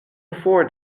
before